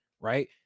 right